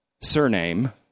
surname